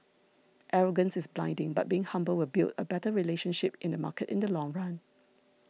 arrogance is blinding but being humble will build a better relationship in the market in the long run